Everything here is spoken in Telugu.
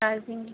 రాగిపిండి